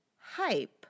hype